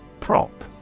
Prop